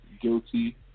guilty